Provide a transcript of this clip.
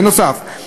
בנוסף,